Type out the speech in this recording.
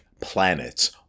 planets